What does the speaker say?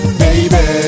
baby